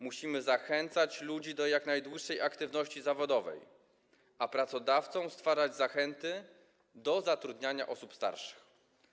Musimy zachęcać ludzi do jak najdłuższej aktywności zawodowej, a pracodawcom stwarzać zachęty do zatrudniania osób starszych.